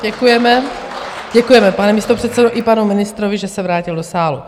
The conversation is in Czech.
Děkujeme, děkujeme, pane místopředsedo, i panu ministrovi, že se vrátil do sálu.